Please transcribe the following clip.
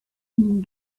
and